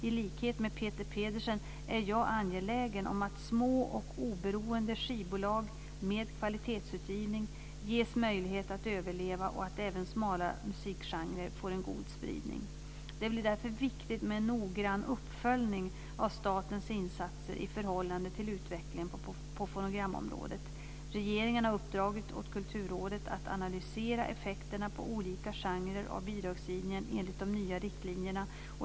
I likhet med Peter Pedersen är jag angelägen om att små och oberoende skivbolag med kvalitetsutgivning ges möjlighet att överleva och att även smala musikgenrer får en god spridning. Det blir därför viktigt med en noggrann uppföljning av statens insatser i förhållande till utvecklingen på fonogramområdet. Regeringen har uppdragit åt Kulturrådet att analysera effekterna på olika genrer av bidragsgivningen enligt de nya riktlinjerna.